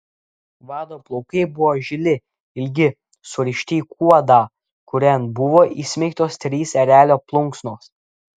vado plaukai buvo žili ilgi surišti į kuodą kurian buvo įsmeigtos trys erelio plunksnos